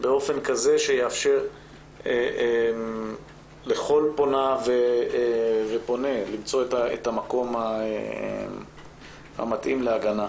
באופן כזה שיאפשר לכל פונה ופונה למצוא את המקום המתאים להגנה.